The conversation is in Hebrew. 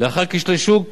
לאתר כשלי שוק